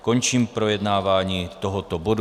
Končím projednávání tohoto bodu.